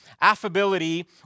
affability